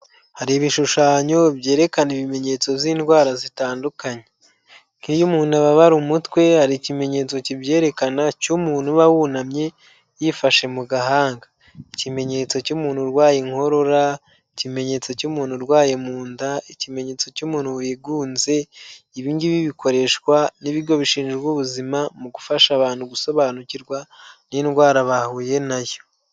Har’ibishushanyo byerekana ibimenyetso by'indwara zitandukanye, nk'iyo umuntu ababara umutwe hari ikimenyetso kibyerekana cy'umuntu uba wunamye yifashe mu gahanga, ikimenyetso cy'umuntu urwaye inkorora, ikimenyetso cy'umuntu urwaye mu nda, ikimenyetso cy'umuntu wigunze. Ibi ngibi bikoreshwa n'ibigo bishinzwe ubuzima, mu gufasha abantu gusobanukirwa n'indwara bahuye nayo.